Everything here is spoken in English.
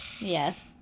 Yes